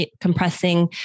compressing